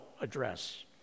address